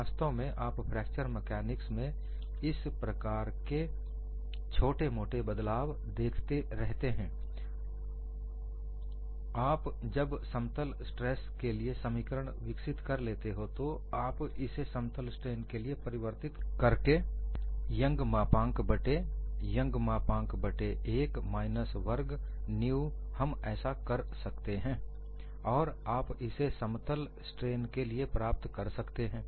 वास्तव में आप फ्रैक्चर मैकानिक्स में इस प्रकार के छोटे मोटे बदलाव देखते रहते हैं आप जब समतल स्ट्रेस के लिए समीकरण विकसित कर लेते हो तो आप इसे समतल स्ट्रेन के लिए परिवर्तित कर सकते हो सिर्फ यंग मॉडल्स को परिवर्तित करके यंग मापाँक बट्टे यंग मापाँक बट्टे 1 माइनस वर्ग न्यू हम ऐसा कर सकते हैं और आप इसे समतल स्ट्रेन के लिए प्राप्त कर सकते हैं